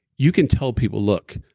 you can tell people, look,